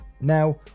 Now